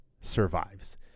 survives